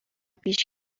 پیش